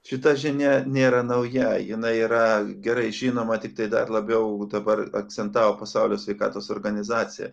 šita žinia nėra nauja jinai yra gerai žinoma tiktai dar labiau dabar akcentavo pasaulio sveikatos organizacija